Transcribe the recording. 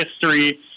history